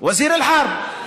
וזיר אל-חרב.